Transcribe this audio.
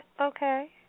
okay